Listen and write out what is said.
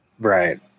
Right